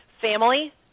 Family